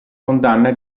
condanna